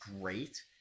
great